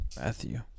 Matthew